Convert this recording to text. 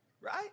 Right